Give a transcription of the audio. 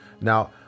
Now